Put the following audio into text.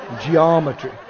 Geometry